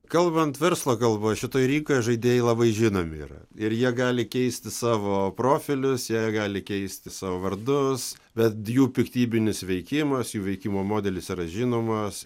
kalbant verslo kalboj šitoj rinkoje žaidėjai labai žinomi yra ir jie gali keisti savo profilius jie gali keisti savo vardus bet jų piktybinis veikimas jų veikimo modelis yra žinomas